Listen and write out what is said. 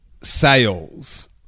sales